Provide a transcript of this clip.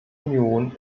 union